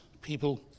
people